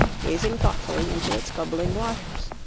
gazing thoughtfully into its bubbling waters.